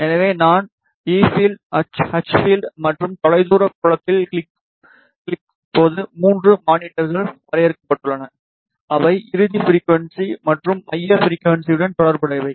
எனவே நான் E field H field மற்றும் தொலைதூர புலத்தில் கிளிக் போது மூன்று மானிட்டர்கள் வரையறுக்கப்பட்டுள்ளன அவை இறுதி ஃபிரிக்குவன்ஸி மற்றும் மைய ஃபிரிக்குவன்ஸியுடன் தொடர்புடையவை